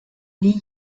nie